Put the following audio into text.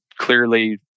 clearly